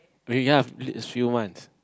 this few months